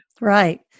Right